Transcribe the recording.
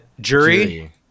Jury